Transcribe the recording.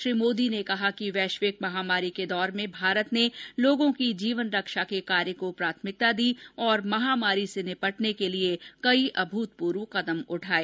श्री मोदी ने कहा कि वैश्विक महामारी के दौर में भारत ने लोगों की जीवन रक्षा के कार्य को प्राथमिकता दी और महामारी से निपटने के लिए कई अभूतपूर्व कदम उठाये